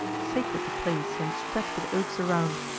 sacred the place, and spread with oaks around,